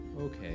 Okay